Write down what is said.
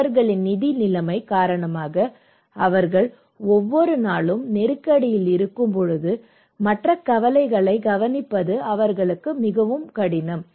அவர்களின் நிதி நிலைமை காரணமாக அவர்கள் ஒவ்வொரு நாளும் நெருக்கடியில் இருக்கும்போது மற்ற கவலைகளை கவனிப்பது அவர்களுக்கு மிகவும் கடினம்